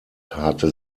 hatte